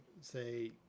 say